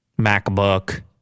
MacBook